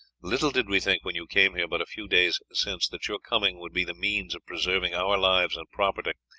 little did we think when you came here but a few days since that your coming would be the means of preserving our lives and property,